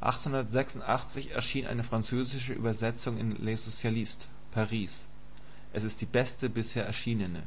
erschien eine neue französische übersetzung in le socialiste paris es ist die beste bisher erschienene